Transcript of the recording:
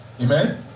Amen